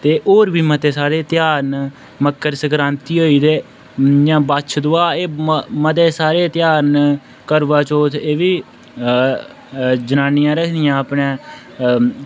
ते होर बी मते सारे ध्यार न मकर संक्रांति होई ते जियां बच्छ दआह् एह् मते सारे ध्यार न करवाचौथ एह् बी जनानी रखदियां न अपने